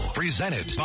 presented